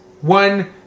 One